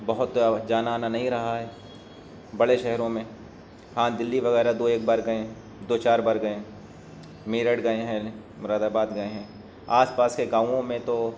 بہت جانا آنا نہیں رہا ہے بڑے شہروں میں ہاں دلی وغیرہ دو ایک بار گئے ہیں دو چار بار گئے ہیں میرٹھ گئے ہیں مراد آباد گیے ہیں آس پاس کے گاوؤں میں تو